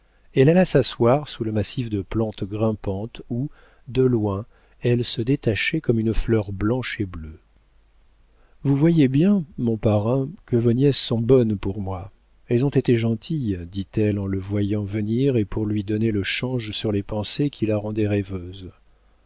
elle alla s'asseoir sous le massif de plantes grimpantes où de loin elle se détachait comme une fleur blanche et bleue vous voyez bien mon parrain que vos nièces sont bonnes pour moi elles ont été gentilles dit-elle en le voyant venir et pour lui donner le change sur les pensées qui la rendaient rêveuse